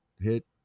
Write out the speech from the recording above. hit